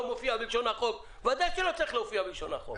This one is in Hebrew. לא מופיע בלשון החוק ודאי שלא צריך להופיע בלשון החוק.